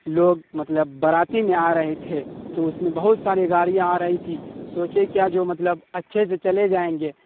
لوگ مطلب باراتی میں آ رہے تھے تو اس میں بہت ساری گاڑیاں آ رہی تھی سوچے کیا جو مطلب اچھے سے چلے جائیں گے